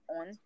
on